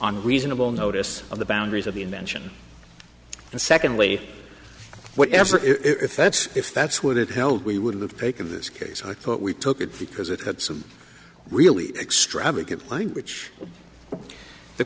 on reasonable notice of the boundaries of the invention and secondly whatever if that's if that's what it held we would have taken this case i thought we took it because it had some really extravagant language the